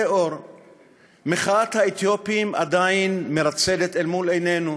מחאת האתיופים עדיין מרצדת אל מול עינינו.